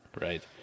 Right